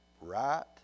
Right